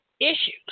issues